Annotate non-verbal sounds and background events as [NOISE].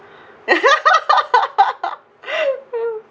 [LAUGHS]